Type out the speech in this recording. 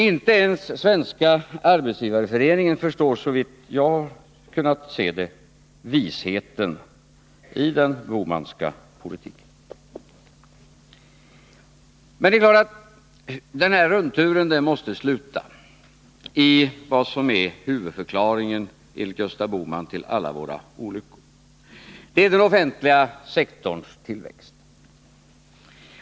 Inte ens Svenska arbetsgivareföreningen förstår, såvitt jag kunnat se, visheten i den Bohmanska politiken. Men det är klart att rundturen måste sluta i vad som är huvudförklaringen, enligt Gösta Bohman, till alla våra olyckor. Det är den offentliga sektorns tillväxt.